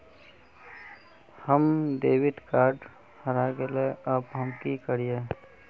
हमर debit card हरा गेले अब हम की करिये?